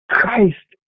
Christ